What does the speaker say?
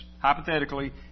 Hypothetically